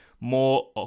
more